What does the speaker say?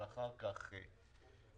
אבל אחר כך בהמשך.